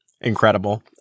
incredible